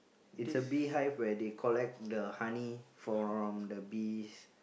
it's a beehive where they collect the honey from the bees